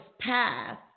path